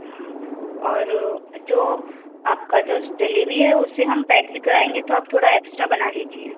हाँ और जो आपकी जो जलेबी है उसे हम पैक भी कराएंगे तो आप थोड़ा एक्सट्रा बना लीजिए